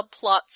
subplots